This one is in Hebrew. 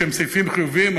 שהם סעיפים חיוביים ביותר,